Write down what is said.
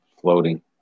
floating